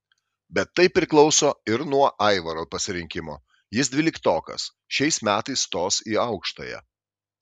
bet tai priklauso ir nuo aivaro pasirinkimo jis dvyliktokas šiais metais stos į aukštąją